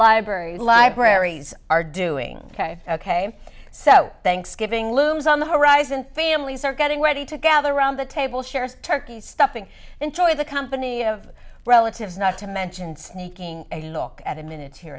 library libraries are doing ok ok so so thanksgiving looms on the horizon families are getting ready to gather around the table shares turkey stuffing enjoy the company of relatives not to mention sneaking a look at the minutes here